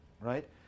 right